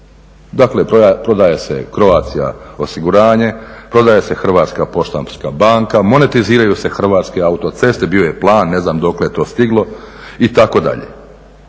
Dakle, prodaje se Croatia osiguranje, prodaje se Hrvatska poštanska banka, monetiziraju se Hrvatske autoceste. Bio je plan, ne znam dokle je to stiglo itd.